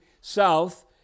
south